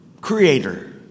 creator